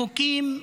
חוקים נוראים,